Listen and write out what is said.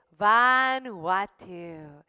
Vanuatu